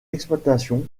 exploitation